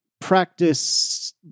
practice